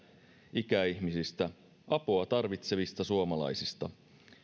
ikäihmisistä apua tarvitsevista suomalaisista